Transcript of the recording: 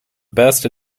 best